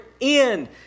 end